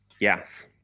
Yes